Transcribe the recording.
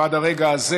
ועד הרגע הזה